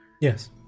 yes